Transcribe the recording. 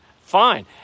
fine